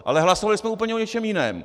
Ale hlasovali jsme úplně o něčem jiném.